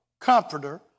comforter